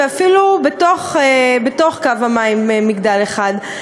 ואפילו בתוך קו המים מגדל אחד.